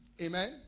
Amen